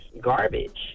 garbage